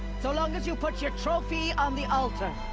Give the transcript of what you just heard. so long as you put your trophy on the altar.